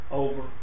over